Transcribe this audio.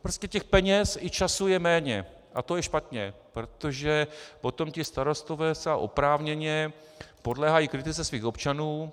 Prostě peněz a času je méně a to je špatně, protože potom ti starostové zcela oprávněně podléhají kritice svých občanů.